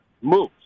moves